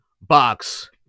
box